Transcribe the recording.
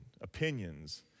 opinions